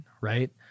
Right